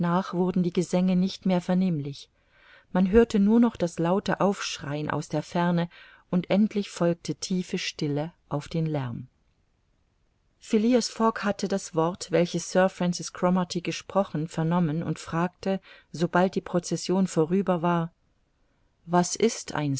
wurden die gesänge nicht mehr vernehmlich man hörte nur noch das laute aufschreien aus der ferne und endlich folgte tiefe stille auf den lärm phileas fogg hatte das wort welches sir francis cromarty gesprochen vernommen und fragte sobald die procession vorüber war was ist ein